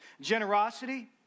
Generosity